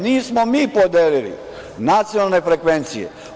Nismo mi podelili nacionalne frekvencije.